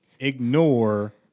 Ignore